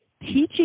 teaching